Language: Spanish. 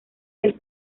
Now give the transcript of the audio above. del